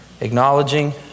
Acknowledging